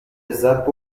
لذت